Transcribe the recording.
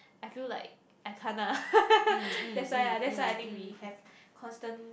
I feel like I can't ah that's why that's why we have constant